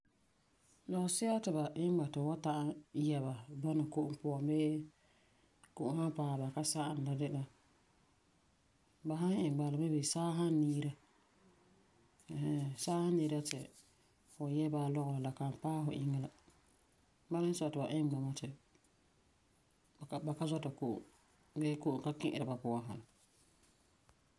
Lɔgesi'a ti ba iŋɛ ba ti fu wan ta'am yɛ ba bɔna Ko'om puan bii Ko'om san paɛ ba, ba ka sageni la de la ba san iŋɛ bala, maybe saa san niira ɛɛn hɛɛn Saa san niira ti fu yɛ bala lɔgerɔ la, la kan paɛ inŋa la. Bala zuo n sɔi ti ba iŋe bama ti ba ka, ba ka zɔta bii ti Ko'om ka ki'ira ba puan sa.